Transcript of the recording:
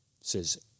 says